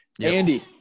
Andy